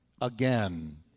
again